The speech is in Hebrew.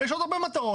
יש עוד הרבה מטרות.